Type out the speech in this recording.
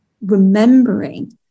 remembering